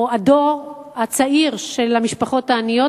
או הדור הצעיר של המשפחות העניות,